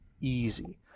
easy